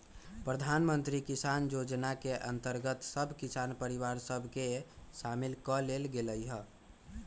प्रधानमंत्री किसान जोजना के अंतर्गत सभ किसान परिवार सभ के सामिल क् लेल गेलइ ह